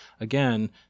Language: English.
Again